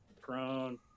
prone